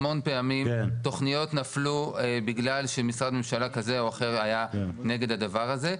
המון פעמים תוכניות נפלו בגלל שמשרד ממשלה כזה או אחר היה נגד הדבר הזה,